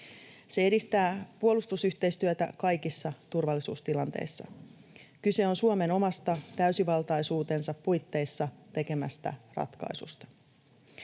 Se edistää puolustusyhteistyötä kaikissa turvallisuustilanteissa. Kyse on Suomen omasta täysivaltaisuutensa puitteissa tekemästä ratkaisusta.